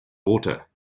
water